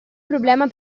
problema